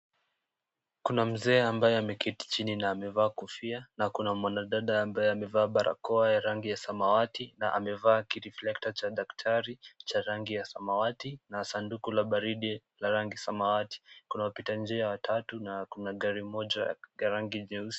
Kuna Mzee ambaye ameketi chini na amevaa kofia na kuna mwanadada ambaye amevaa barakoa ya rangi ya samawati na amevaa kireflector cha daktari cha rangi ya samawati na sanduku la baridi la rangi ya samawati. Kuna wapitanjia watatu na kuna gari moja ya rangi nyeusi.